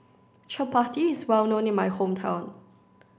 Chapati is well known in my hometown